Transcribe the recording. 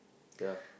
yeah